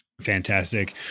fantastic